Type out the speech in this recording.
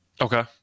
Okay